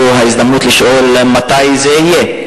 זו ההזדמנות לשאול מתי זה יהיה.